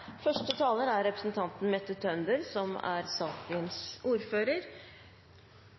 Første taler er i utgangspunktet representanten Geir S. Toskedal, som er sakens ordfører.